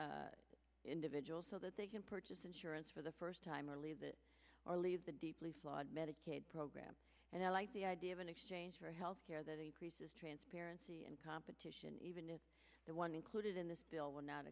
income individuals so that they can purchase insurance for the first time or leave it or leave the deeply flawed medicaid program and i like the idea of an exchange for health care that increases transparency and competition even if that one included in this bill will not